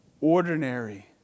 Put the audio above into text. Ordinary